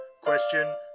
Question